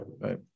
right